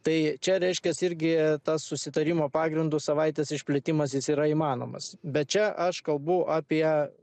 tai čia reiškias irgi tas susitarimo pagrindu savaitės išplėtimas jis yra įmanomas bet čia aš kalbu apie